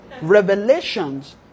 revelations